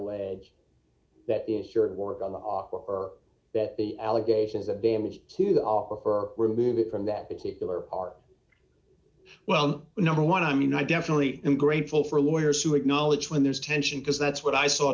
ege that the insured work on the offer or that the allegations of damage to the offer for remove it d from that particular part well number one i mean i definitely am grateful for lawyers who acknowledge when there's tension because that's what i saw